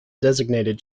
designated